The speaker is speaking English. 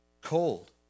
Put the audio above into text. cold